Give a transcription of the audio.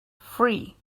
free